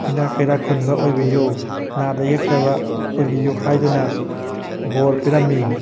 ꯏꯅꯥꯛ ꯀꯩꯔꯥꯛ ꯈꯨꯟꯕ ꯑꯣꯏꯕꯤꯌꯨ ꯅꯥꯗ ꯌꯦꯛꯇꯕ ꯑꯣꯏꯕꯤꯌꯨ ꯍꯥꯏꯗꯨꯅ ꯕꯣꯔ ꯄꯤꯔꯝꯃꯤ